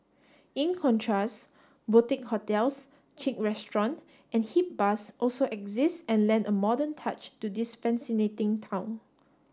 in contrast boutique hotels chic restaurant and hip bars also exist and lend a modern touch to fasinating town